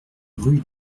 rue